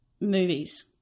movies